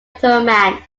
thurman